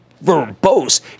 verbose